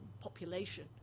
population